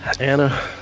Anna